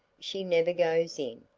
she never goes in,